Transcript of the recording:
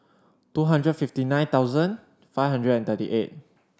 two hundred fifty nine thousand five hundred and thirty eight